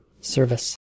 service